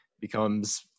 becomes